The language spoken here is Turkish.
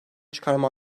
çıkarma